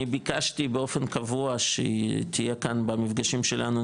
אני ביקשתי באופן קבוע שתהיה כאן במפגשים שלנו,